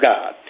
God